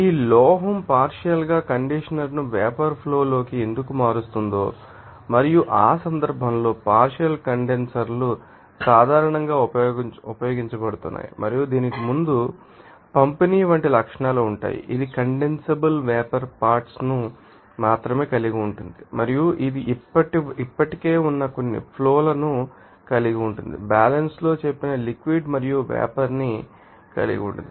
ఈ లోహం పార్షియల్ గా కండెన్సర్ను వేపర్ ఫ్లో లోకి ఎందుకు మారుస్తుందో మరియు ఆ సందర్భంలో పార్షియల్ కండెన్సర్లు సాధారణంగా ఉపయోగించబడుతున్నాయి మరియు దీనికి ముందు పంపిణీ వంటి లక్షణాలు ఉంటాయి ఇది కండెన్సబుల్ వేపర్ పార్ట్శ్ ను మాత్రమే కలిగి ఉంటుంది మరియు ఇది ఇప్పటికే ఉన్న కొన్ని ఫ్లో లను కలిగి ఉంటుంది బ్యాలన్స్ లో చెప్పిన లిక్విడ్ మరియు వేపర్ ని కలిగి ఉంటుంది